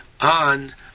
on